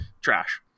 trash